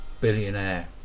billionaire